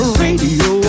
radio